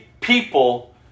people